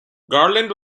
garland